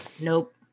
Nope